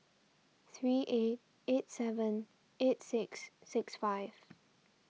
three eight eight seven eight six six five